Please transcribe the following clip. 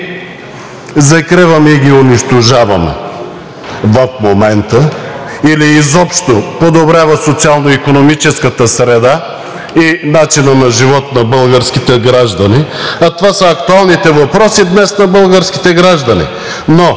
закриваме и ги унищожаваме в момента, или изобщо подобрява социално-икономическата среда и начина на живот на българските граждани, а това са актуалните въпроси днес на българските граждани.